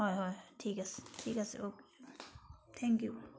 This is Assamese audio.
হয় হয় ঠিক আছে ঠিক আছে অ'কে থেংক ইউ